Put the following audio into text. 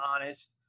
honest